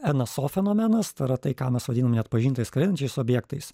nso fenomenas tai yra tai ką mes vadinam neatpažintais skraidančiais objektais